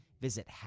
Visit